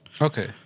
Okay